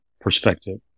perspective